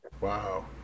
Wow